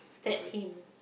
stab him